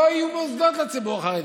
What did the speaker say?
לא יהיו מוסדות לציבור החרדי,